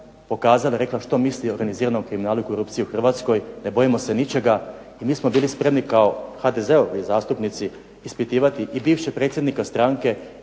rekla što misli o organiziranom kriminalu i korupciji u Hrvatskoj. Ne bojimo se ničega i mi smo bili spremni kao HDZ-ovi zastupnici ispitivati i bivšeg predsjednika stranke